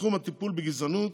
בתחום הטיפול בגזענות,